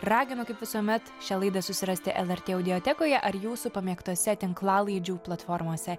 raginu kaip visuomet šią laidą susirasti lrt audiotekoje ar jūsų pamėgtose tinklalaidžių platformose